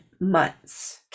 months